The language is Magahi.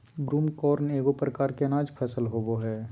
ब्रूमकॉर्न एगो प्रकार के अनाज फसल होबो हइ